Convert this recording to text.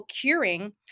curing